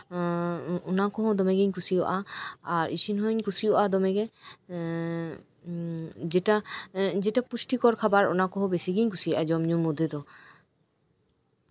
ᱚᱱᱟ ᱠᱚᱦᱚ ᱸ ᱫᱚᱢᱮ ᱜᱤᱧ ᱠᱩᱥᱤᱣᱟᱜᱼᱟ ᱟᱨ ᱤᱥᱤᱱ ᱦᱩᱸᱧ ᱠᱩᱥᱤᱣᱟᱜᱼᱟ ᱫᱚᱢᱮ ᱜᱮ ᱡᱮᱴᱟ ᱮᱸᱜ ᱡᱮᱴᱟ ᱯᱩᱥᱴᱤᱠᱚᱨ ᱠᱷᱟᱵᱟᱨ ᱚᱱᱟ ᱠᱚᱦᱚᱸ ᱵᱤᱥᱤ ᱜᱤᱧ ᱠᱩᱥᱤᱣᱟᱜᱼᱟ ᱡᱚᱢᱼᱧᱩ ᱢᱚᱫᱽᱫᱷᱮ ᱨᱮᱫᱚ